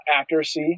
accuracy